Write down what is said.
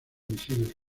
misiles